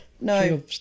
No